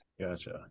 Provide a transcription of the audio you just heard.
Gotcha